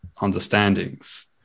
understandings